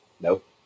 Nope